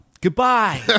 Goodbye